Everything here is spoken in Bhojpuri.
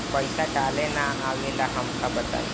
पईसा डाले ना आवेला हमका बताई?